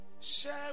share